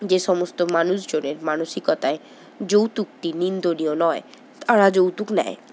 যে সমস্ত মানুষজনের মানসিকতায় যৌতুকটি নিন্দনীয় নয় তারা যৌতুক নেয়